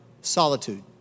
solitude